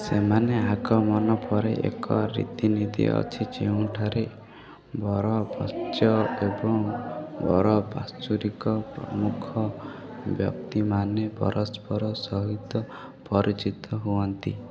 ସେମାନେ ଆଗମନ ପରେ ଏକ ରୀତିନୀତି ଅଛି ଯେଉଁଠାରେ ବର ପାର୍ଶ୍ୱ ଏବଂ ବର ପାର୍ଶ୍ୱରିକ ପ୍ରମୁଖ ବ୍ୟକ୍ତିମାନେ ପରସ୍ପର ସହିତ ପରିଚିତ ହୁଅନ୍ତି